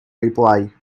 reply